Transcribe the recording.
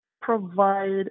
provide